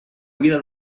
vida